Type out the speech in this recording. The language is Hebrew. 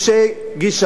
אין בהם חשמל,